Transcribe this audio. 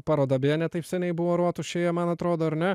paroda beje ne taip seniai buvo rotušėje man atrodo ar ne